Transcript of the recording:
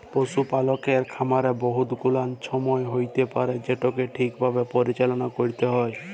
পশুপালকের খামারে বহুত গুলাল ছমচ্যা হ্যইতে পারে যেটকে ঠিকভাবে পরিচাললা ক্যইরতে হ্যয়